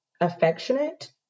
affectionate